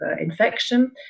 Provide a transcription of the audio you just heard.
infection